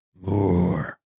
More